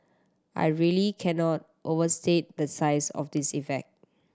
I really cannot overstate the size of this effect